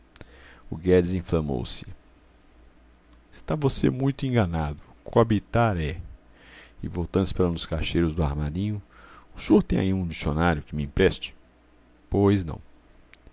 o guedes inflamou-se está você muito enganado coabitar é e voltando-se para um dos caixeiros do armarinho o senhor tem aí um dicionário que me empreste pois não